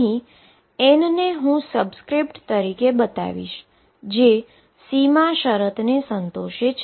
અહીં n ને હું સબસ્ક્રિપ્ટ તરીકે બતાવીશ જે બાઉન્ડ્રી કન્ડીશનને સંતોષે છે